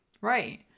right